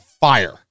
fire